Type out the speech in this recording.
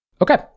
Okay